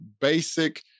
basic